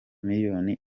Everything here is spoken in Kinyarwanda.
miliyoni